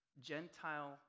Gentile